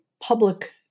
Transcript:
public